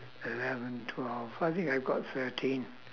eleven twelve I think I've got thirteen